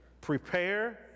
prepare